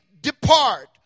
depart